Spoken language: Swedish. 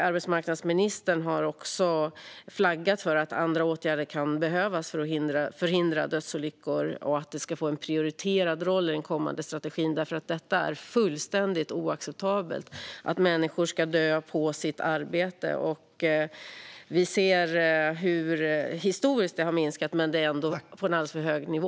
Arbetsmarknadsministern har flaggat för att andra åtgärder kan behövas för att förhindra dödsolyckor och att detta ska få en prioriterad roll i den kommande strategin, för det är fullständigt oacceptabelt att människor ska dö på sitt arbete. Vi ser hur det har minskat historiskt, men det är ändå på en alldeles för hög nivå.